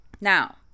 Now